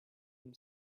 him